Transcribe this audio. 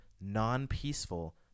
non-peaceful